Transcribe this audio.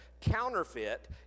counterfeit